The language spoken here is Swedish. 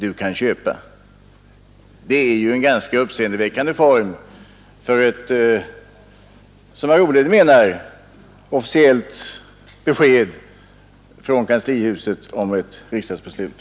Du kan köpa.” Det är ju en ganska uppseendeväckande form för ett som herr Olhede menar officiellt besked från kanslihuset om ett regeringsbeslut.